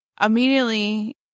immediately